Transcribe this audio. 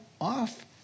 off